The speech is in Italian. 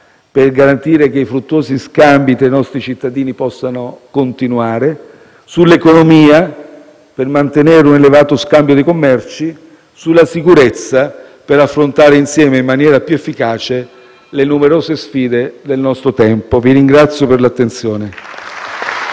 per garantire che i fruttuosi scambi tra i nostri cittadini possano continuare; sull'economia per mantenere un elevato scambio dei commerci e sulla sicurezza per affrontare insieme in maniera più efficace le numerose sfide del nostro tempo. Vi ringrazio per l'attenzione.